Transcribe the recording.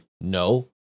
No